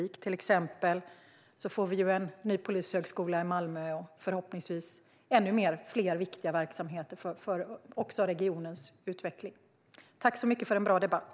Vi får till exempel en ny polishögskola i Malmö och förhoppningsvis ännu fler viktiga verksamheter för regionens utveckling. Jag vill tacka för en bra debatt.